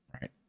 right